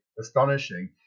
astonishing